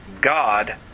God